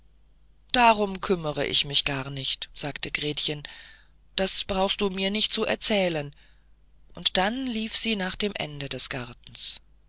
darum kümmere ich mich gar nicht sagte gretchen das brauchst du mir nicht zu erzählen und dann lief sie nach dem ende des gartens